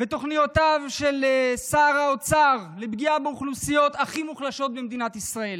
תוכניותיו של שר האוצר לפגיעה באוכלוסיות הכי מוחלשות במדינת ישראל.